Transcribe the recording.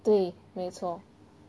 对没错